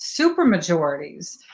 supermajorities